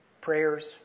prayers